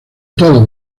todos